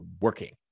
working